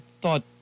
thought